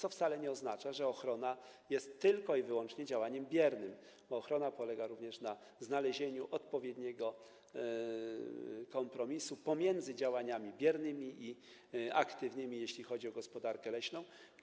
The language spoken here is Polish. To wcale nie oznacza, że ochrona jest tylko i wyłącznie działaniem biernym, bo ochrona polega również na znalezieniu odpowiedniego kompromisu pomiędzy działaniami biernymi i aktywnymi, jeśli chodzi o gospodarkę leśną.